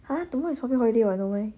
!huh! tomorrow is public holiday [what] no meh